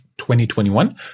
2021